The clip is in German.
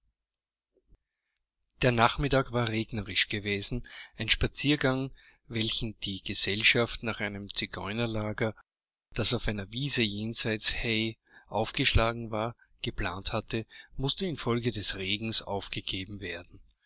der nachmittag war regnerisch gewesen ein spaziergang welchen die gesellschaft nach einem zigeunerlager das auf einer wiese jenseits hay aufgeschlagen war geplant hatte mußte infolge des regens aufgegeben werden